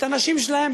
את הנשים שלהם,